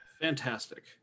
fantastic